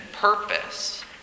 purpose